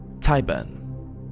Tyburn